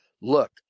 look